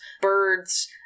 birds